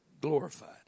glorified